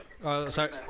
Sorry